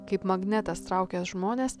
kaip magnetas traukęs žmones